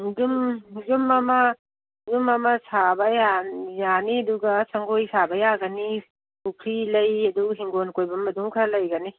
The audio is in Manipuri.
ꯑꯗꯨꯝ ꯌꯨꯝ ꯑꯃ ꯌꯨꯝ ꯑꯃ ꯁꯥꯕ ꯌꯥꯅꯤ ꯑꯗꯨꯒ ꯁꯪꯒꯣꯏ ꯁꯥꯕ ꯌꯥꯒꯅꯤ ꯄꯨꯈ꯭ꯔꯤ ꯂꯩ ꯑꯗꯨ ꯍꯤꯡꯒꯣꯜ ꯀꯣꯏꯕꯝ ꯑꯗꯨꯝ ꯈꯔ ꯂꯩꯒꯅꯤ